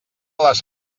les